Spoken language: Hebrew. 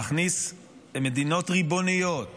להכניס מדינות ריבוניות